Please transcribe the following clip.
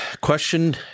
question